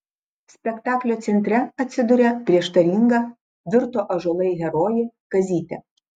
spektaklio centre atsiduria prieštaringa virto ąžuolai herojė kazytė